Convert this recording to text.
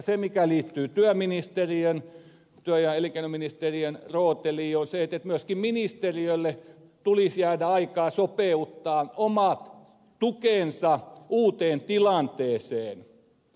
se mikä liittyy työministeriön työ ja elinkeinoministeriön rooteliin on se että myöskin ministeriölle tulisi jäädä aikaa sopeuttaa omat tukensa uuteen tilanteeseen